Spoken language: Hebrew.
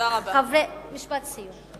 משפט סיום.